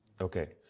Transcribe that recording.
Okay